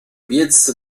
biec